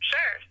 Sure